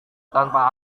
tanpa